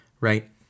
right